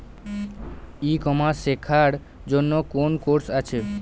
ই commerce শেক্ষার জন্য কোন কোর্স আছে?